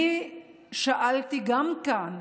אני שאלתי גם כאן